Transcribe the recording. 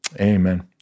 amen